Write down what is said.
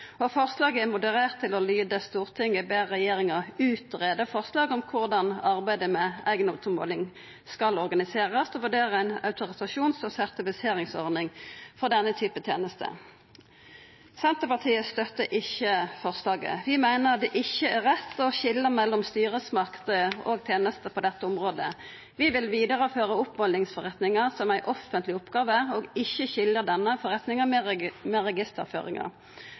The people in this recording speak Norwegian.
og forslaget er moderert til å lyda: «Stortinget ber regjeringen utrede forslag om hvordan arbeidet med eiendomsoppmåling skal organiseres, herunder vurdere autorisasjons- og sertifiseringsordning for denne type tjenester.» Senterpartiet støttar ikkje forslaget. Vi meiner det ikkje er rett å skilja mellom styresmakter og tenester på dette området. Vi vil vidareføra oppmålingsforretninga som ei offentleg oppgåve og ikkje skilja denne forretninga frå registerføringa.